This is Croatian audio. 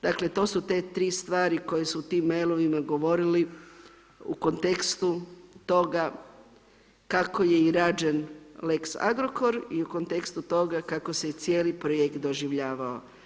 Dakle, to su te tri stvari koje su u tim mailovima govorili u kontekstu toga kako je i rađen lex Agrokor i u kontekstu toga kako se i cijeli projekt doživljavao.